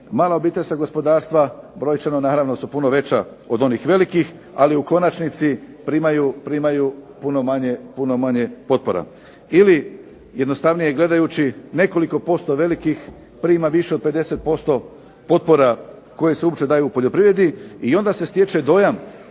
mala obiteljska gospodarstva brojčano su puno veća od onih velikih, ali primaju puno manje potpora. Ili jednostavnije gledajući nekoliko posto velikih prima više od 50% potpora koje se uopće daju u poljoprivredi onda se stječe dojam